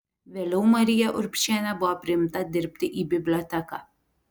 vėliau marija urbšienė buvo priimta dirbti į biblioteką